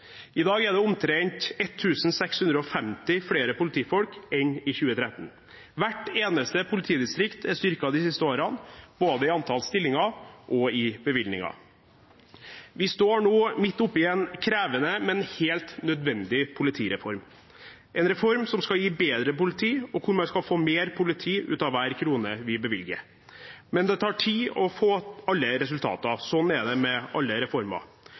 I dag er det omtrent 1 650 flere politifolk enn i 2013. Hvert eneste politidistrikt er styrket de siste årene, både i antall stillinger og i bevilgninger. Vi står nå midt oppe i en krevende, men helt nødvendig politireform, en reform som skal gi bedre politi, og hvor vi skal få mer politi ut av hver krone vi bevilger. Men det tar tid å få alle resultater, sånn er det med alle reformer.